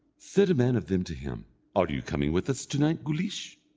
said a man of them to him are you coming with us to-night, guleesh?